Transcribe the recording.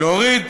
להוריד